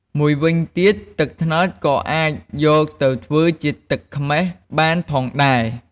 មួយវិញទៀត ទឹកត្នោតក៏អាចយកទៅធ្វើជាទឹកខ្មេះបានផងដែរ។